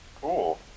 Cool